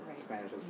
Spanish